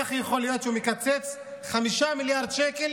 איך יכול להיות שהוא מקצץ 5 מיליארד שקל